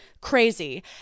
Crazy